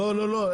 לא, לא, לא.